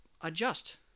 adjust